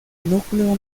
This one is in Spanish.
núcleo